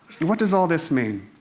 what does all this mean?